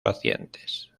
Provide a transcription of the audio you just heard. pacientes